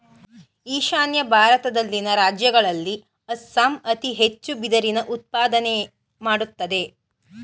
ಈಶಾನ್ಯ ಭಾರತದಲ್ಲಿನ ರಾಜ್ಯಗಳಲ್ಲಿ ಅಸ್ಸಾಂ ಅತಿ ಹೆಚ್ಚು ಬಿದಿರಿನ ಉತ್ಪಾದನೆ ಮಾಡತ್ತದೆ